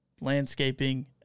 landscaping